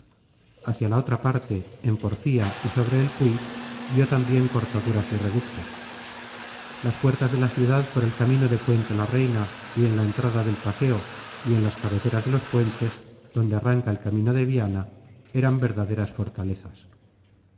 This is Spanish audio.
hacia la otra parte en porfía y sobre el puy vio también cortaduras y reductos las puertas de la ciudad por el camino de puente la reina y en la entrada del paseo y en las cabeceras de los puentes donde arranca el camino de viana eran verdaderas fortalezas